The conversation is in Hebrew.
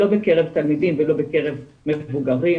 לא בקרב ילדים ולא בקרב מבוגרים,